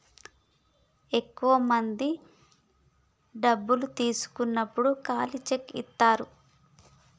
ఎక్కువ మంది డబ్బు తీసుకున్నప్పుడు ఖాళీ చెక్ ఇత్తారు